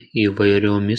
įvairiomis